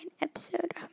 episode